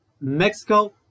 Mexico